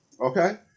Okay